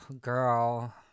girl